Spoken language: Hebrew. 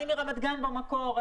אני מרמת גן במקור.